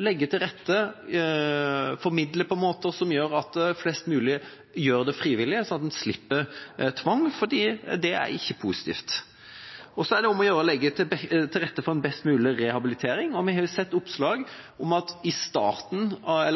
legge til rette, formidle på en måte som gjør at flest mulig gjør det frivillig slik at en slipper tvang, fordi det er ikke positivt. Og så er det om å gjøre å legge til rette for en best mulig rehabilitering. Vi har sett oppslag om at i